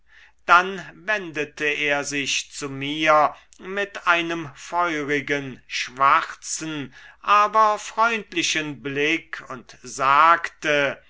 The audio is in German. dann wendete er sich zu mir mit einem feurigen schwarzen aber freundlichen blick und sagte